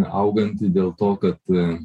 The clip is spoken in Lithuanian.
auganti dėl to kad